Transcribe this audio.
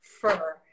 fur